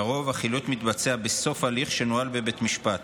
לרוב, החילוט מתבצע בסוף הליך שנוהל בבית המשפט,